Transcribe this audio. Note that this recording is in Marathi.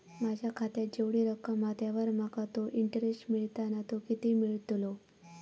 माझ्या खात्यात जेवढी रक्कम हा त्यावर माका तो इंटरेस्ट मिळता ना तो किती मिळतलो?